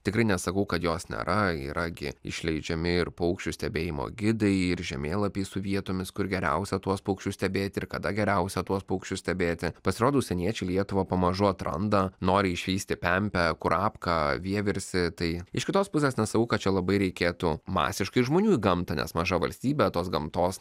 tikrai nesakau kad jos nėra yra gi išleidžiami ir paukščių stebėjimo gidai ir žemėlapiai su vietomis kur geriausia tuos paukščius stebėti ir kada geriausia tuos paukščius stebėti pasirodo užsieniečiai lietuvą pamažu atranda nori išvysti pempę kurapką vieversį tai iš kitos pusės nesakau kad čia labai reikėtų masiškai žmonių į gamtą nes maža valstybė tos gamtos